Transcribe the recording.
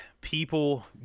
people